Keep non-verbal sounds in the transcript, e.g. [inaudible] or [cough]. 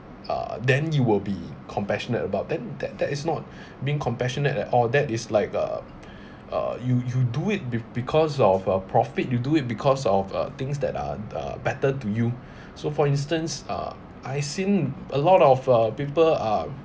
uh then you will be compassionate about then that that is not [breath] being compassionate and all that is like ugh uh you you do it be~ because of uh profit you do it because of uh things that are are better to you so for instance ah I seen a lot of uh people are